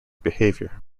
behavior